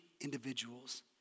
individuals